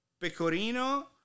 pecorino